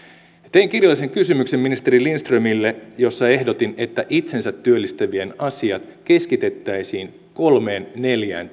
tein kirjallisen kysymyksen ministeri lindströmille jossa ehdotin että itsensätyöllistäjien asiat keskitettäisiin kolmeen viiva neljään